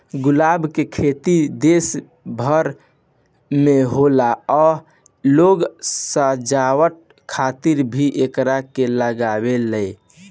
गुलाब के खेती देश भर में होला आ लोग सजावट खातिर भी एकरा के लागावेले